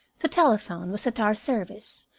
the telephone was at our service,